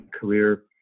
career